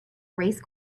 race